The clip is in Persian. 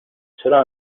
چرا